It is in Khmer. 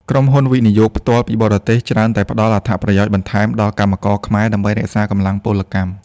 ក្រុមហ៊ុន វិនិយោគផ្ទាល់ពីបរទេស ច្រើនតែផ្ដល់ "អត្ថប្រយោជន៍បន្ថែម" ដល់កម្មករខ្មែរដើម្បីរក្សាកម្លាំងពលកម្ម។